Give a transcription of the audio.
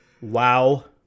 Wow